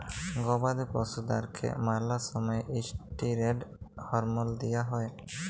গবাদি পশুদ্যারকে ম্যালা সময়ে ইসটিরেড হরমল দিঁয়া হয়